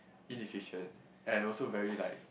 inefficient and also very like